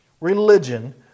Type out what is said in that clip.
religion